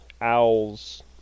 owls